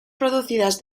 producidas